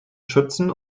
schützen